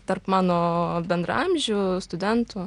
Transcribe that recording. tarp mano bendraamžių studentų